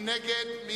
מי נגד?